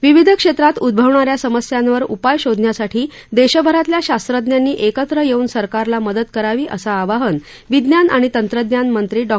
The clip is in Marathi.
विविध क्षेत्रात उद्भवणा या समस्यांवर उपाय शोधण्यासाठी देशभरातल्या शास्रज्ञांनी एकत्र येऊन सरकारला मदत करावी असं आवाहन विज्ञान आणि तंत्रज्ञान मंत्री डॉ